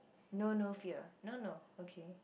know no fear no no okay